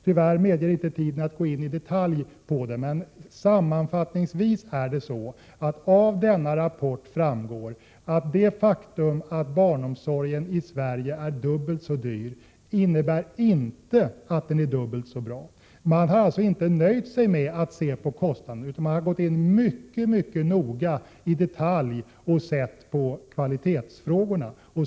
Tyvärr medger inte tiden att jag går in i detalj på den, men sammanfattningsvis framgår det av denna rapport att det faktum att barnomsorgen i Sverige är dubbelt så dyr som i övriga nordiska länder inte innebär att den är dubbelt så bra. Utredarna har alltså inte nöjt sig med att se på kostnaden, utan de har gått in i detalj och sett även på kvaliteten.